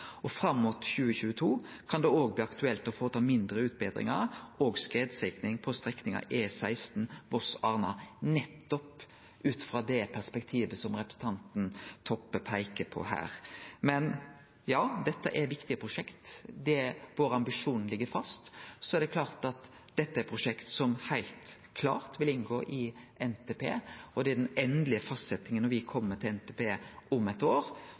Fram mot 2022 kan det òg bli aktuelt å få til mindre utbetringar og skredsikringar på strekninga E16 Voss–Arna, nettopp ut frå det perspektivet som representanten Toppe peiker på her. Ja, dette er viktige prosjekt. Vår ambisjon ligg fast. Det er klart at dette er prosjekt som heilt klart vil inngå i NTP, og det er den endelege fastsetjinga når me kjem til NTP om eit år,